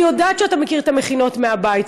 אני יודעת שאתה מכיר את המכינות מהבית.